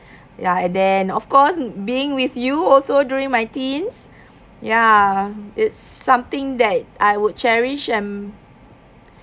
ya and then of course being with you also during my teens ya it's something that I would cherish and